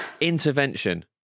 intervention